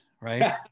right